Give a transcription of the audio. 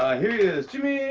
ah here he is, jimmy